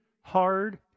hard